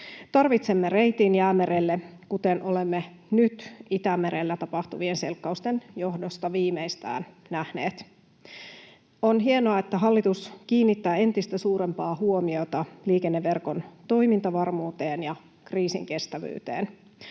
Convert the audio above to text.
Tarvitsemme reitin Jäämerelle, kuten olemme nyt Itämerellä tapahtuvien selkkausten johdosta viimeistään nähneet. On hienoa, että hallitus kiinnittää entistä suurempaa huomiota liikenneverkon toimintavarmuuteen ja kriisinkestävyyteen.